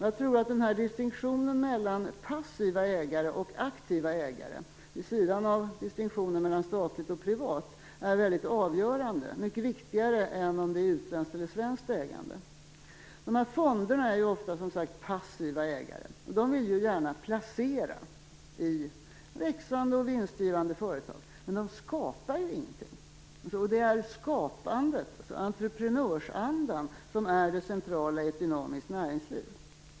Jag tror att distinktionen mellan passiva ägare och aktiva ägare, vid sidan av distinktionen mellan statligt och privat, är väldigt avgörande, mycket viktigare än om det är utländskt eller svenskt ägande. Fonderna är, som sagt, ofta passiva ägare. De vill gärna placera i växande och vinstgivande företag, men de skapar ju ingenting. Det är skapandet, entreprenörsandan, som är det centrala i ett dynamiskt näringsliv.